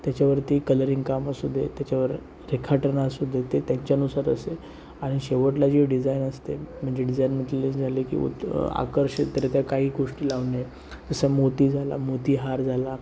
त्याच्यावरती कलरिंग काम असू दे त्याच्यावर रेखाटनं असू देत ते त्यांच्यानुसार असे आणि शेवटलं जे डिझाइन असते म्हणजे डिझाइनमधले झाले की आकर्षकरित्या काही गोष्टी लावणे जसे मोती झाला मोतीहार झाला